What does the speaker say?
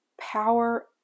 power